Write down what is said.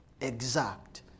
exact